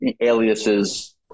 aliases